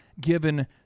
given